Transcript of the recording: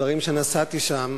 בדברים שנשאתי שם